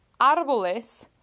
árboles